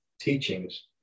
teachings